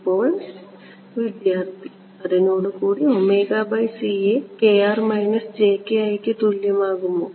ഇപ്പോൾ വിദ്യാർത്ഥി അതിനോടുകൂടി ഒമേഗ by c യെ kr മൈനസ് jki ക്ക് തുല്യമാകുമോ